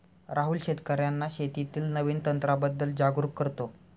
राहुल शेतकर्यांना शेतीतील नवीन तंत्रांबद्दल जागरूक करतो